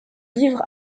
livre